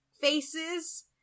faces